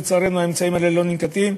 לצערנו, האמצעים האלה לא ננקטים,